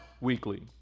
weekly